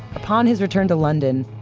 upon his return to london,